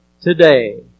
today